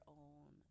own